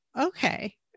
okay